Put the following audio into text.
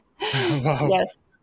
Yes